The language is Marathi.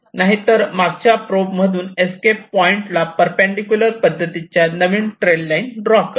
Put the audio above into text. नाहीतर मागच्या प्रोब मधून एस्केप पॉईंट ला परपेंडिकुलर पद्धतीच्या नवीन ट्रेल लाईन ड्रॉ करा